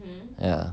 ya